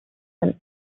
and